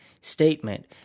statement